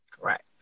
Correct